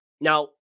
Now